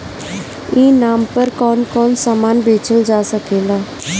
ई नाम पर कौन कौन समान बेचल जा सकेला?